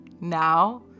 Now